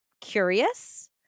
curious